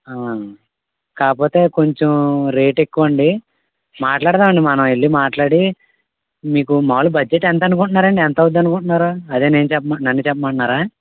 కాకపోతే కొంచెం రేట్ ఎక్కువ అండీ మాట్లాడుదాం అండి మనం వెళ్లి మాట్లాడి మీకు మామూలుగా బడ్జెట్ ఎంత అనుకుంటున్నారు అండి ఎంత అవుద్ది అనుకుంటున్నారు అదే నేను చెప్పమ నన్ను చెప్పమంటన్నారా